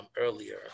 earlier